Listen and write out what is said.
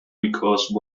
because